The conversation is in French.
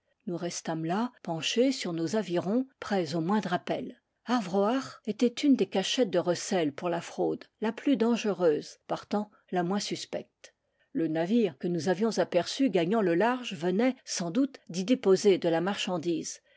nous restâmes là penchés sur nos avirous prêts au moin dre appel ar vroac'h était une des cachettes de recel pour la fraude la plus dangereuse partant la moins suspecte le navire que nous avions aperçu gagnant le large venait sans doute d'y déposer de la marchandise